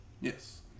Yes